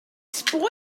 spoil